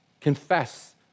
Confess